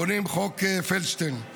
בונים חוק פלדשטיין.